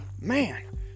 man